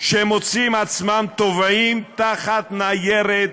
שמוצאים עצמם טובעים תחת ניירת